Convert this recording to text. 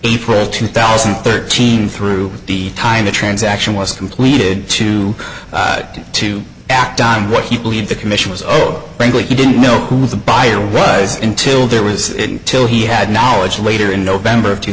april two thousand and thirteen through the time the transaction was completed to him to act on what he believed the commission was old language he didn't know who was the buyer rise until there was till he had knowledge later in november of two